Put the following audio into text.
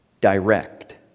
direct